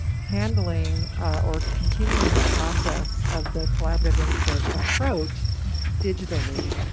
handling or continuing the process of the collaborative input approach digitally,